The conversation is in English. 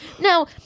now